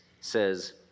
says